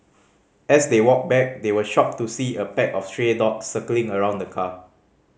as they walked back they were shocked to see a pack of stray dogs circling around the car